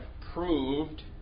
proved